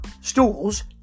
stools